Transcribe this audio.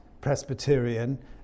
Presbyterian